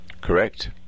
correct